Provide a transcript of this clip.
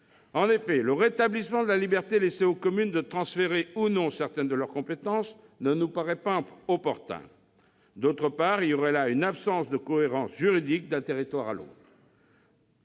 En effet, rétablir la liberté, pour les communes, de transférer ou non certaines de leurs compétences ne nous paraît pas opportun. D'une part, cela induirait un manque de cohérence juridique d'un territoire à l'autre.